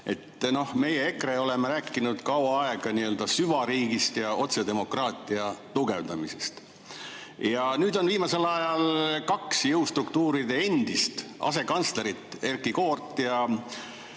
Meie, EKRE, oleme rääkinud kaua aega nii-öelda süvariigist ja otsedemokraatia tugevdamisest. Nüüd on viimasel ajal kaks jõustruktuuride endist asekantslerit, Erkki Koort ja